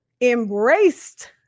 embraced